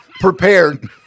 prepared